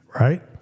right